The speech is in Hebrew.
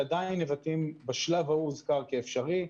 אבל עדיין נבטים בשלב ההוא הוזכר כאפשרי.